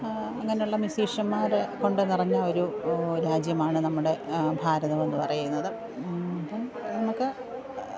അങ്ങനുള്ള മിസീഷ്യന്മാരെ കൊണ്ടു നിറഞ്ഞ ഒരു രാജ്യമാണ് നമ്മുടെ ഭാരതം എന്നുപറയുന്നത് അപ്പോള് നമുക്ക്